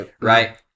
right